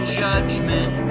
judgment